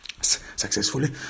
successfully